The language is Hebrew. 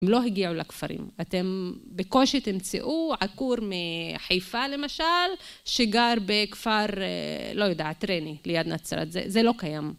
הם לא הגיעו לכפרים. אתם בקושי תמצאו עקור מחיפה, למשל, שגר בכפר, לא יודע, ריינה, ליד נצרת. זה לא קיים.